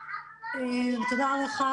תודה לך,